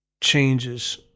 changes